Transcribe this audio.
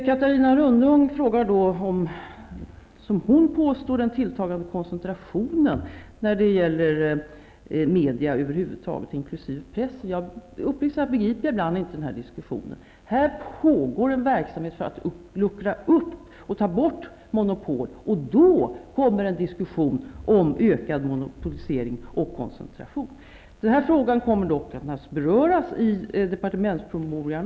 Catarina Rönnung frågar om den tilltagande koncentrationen, som hon påstår finns, när det gäller medierna över huvud taget inklusive press. Uppriktigt sagt begriper jag ibland inte denna diskussion. Här pågår en verksamhet för att luckra upp och ta bort monopol, och då börjar man diskutera ökad monopolisering och ökad koncentration. Den här frågan kommer dock att beröras i departementspromemorian.